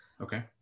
Okay